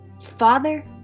father